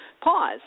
pause